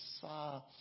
saw